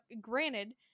granted